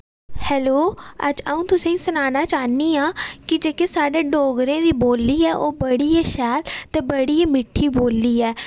hello अज्ज अ'ऊं तुसेंई सनाना चाह्न्नी आं कि जेह्की साढ़े डोगरे दी बोल्ली ऐ ओह् बड़ी गै शैल ते बड़ी गै मिट्ठी बोल्ली ऐ